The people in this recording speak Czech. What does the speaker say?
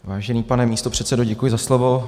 Vážený pane místopředsedo, děkuji za slovo.